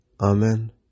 Amen